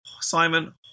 Simon